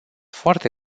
foarte